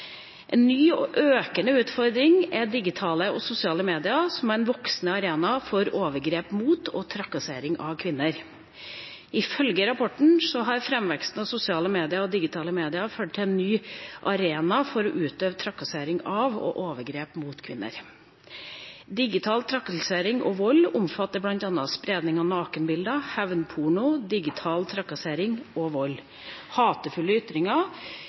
En ny økende utfordring er digitale og sosiale medier, som er en voksende arena for overgrep mot og trakassering av kvinner. Ifølge rapporten har framveksten av digitale og sosiale medier ført til en ny arena for å utøve trakassering av og overgrep mot kvinner. Digital trakassering og vold omfatter bl.a. spredning av nakenbilder, hevnporno, digital trakassering og digital vold. Hatefulle ytringer